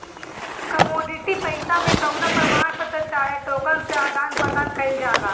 commodity पईसा मे कवनो प्रमाण पत्र चाहे टोकन से आदान प्रदान कईल जाला